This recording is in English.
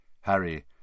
Harry—